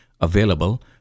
available